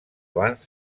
abans